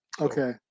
Okay